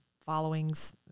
followings